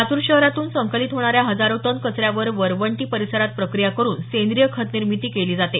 लातूर शहरातून संकलित होणाऱ्या हजारो टन कचऱ्यावर वरवंटी परिसरात प्रक्रिया करून सेंद्रीय खत निर्मिती केली जाते